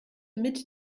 mit